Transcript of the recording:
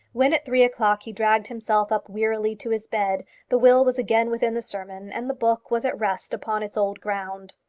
when at three o'clock he dragged himself up wearily to his bed, the will was again within the sermon, and the book was at rest upon its old ground.